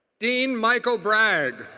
dean michael bragg,